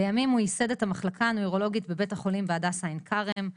לימים הוא ייסד את המחלקה הנוירולוגית בבית החולים בהדסה עין כרם,